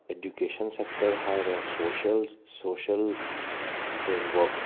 education sector ꯍꯥꯏꯔꯣ social social framework